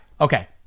Okay